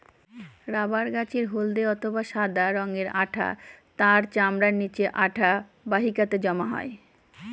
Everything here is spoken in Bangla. রবার গাছের হল্দে অথবা সাদা রঙের আঠা তার চামড়ার নিচে আঠা বাহিকাতে জমা হয়